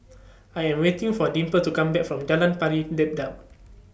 I Am waiting For Dimple to Come Back from Jalan Pari